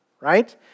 right